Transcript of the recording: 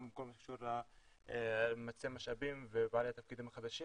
גם בכל מה שקשור לממצה משאבים ובעלי התפקידים החדשים,